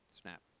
snap